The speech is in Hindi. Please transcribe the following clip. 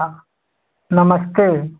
हाँ नमस्ते